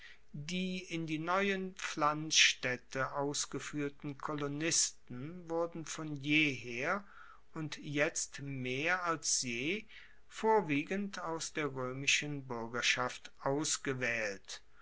die in die neuen pflanzstaedte ausgefuehrten kolonisten wurden von jeher und jetzt mehr als je vorwiegend aus der roemischen buergerschaft ausgewaehlt